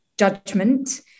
judgment